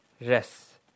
rest